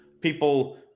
people